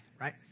right